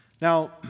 Now